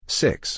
six